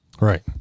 Right